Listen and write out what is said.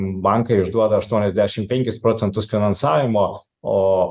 bankai išduoda aštuoniasdešimt penkis procentus finansavimo o